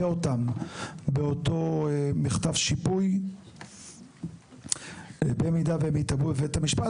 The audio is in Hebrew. אותם באותו מכתב שיפוי במידה והם יתבעו בבית המשפט.